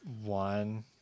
one